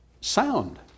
sound